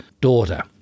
daughter